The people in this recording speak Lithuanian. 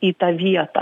į tą vietą